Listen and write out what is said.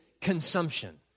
consumption